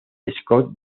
scott